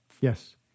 yes